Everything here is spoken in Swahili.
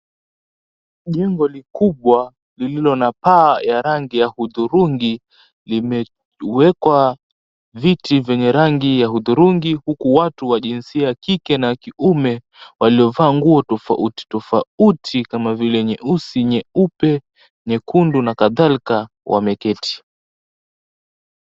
Jengo likubwa lililo na paa ya rangi ya hudhurungi limewekwa viti vyenye rangi ya hudhurungi huku watu wa jinsia ya kike na kiume waliovaa nguo tofauti tofauti kama vile nyeusi, nyeupe, nyekundu na kadhalika wameketi.